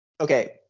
okay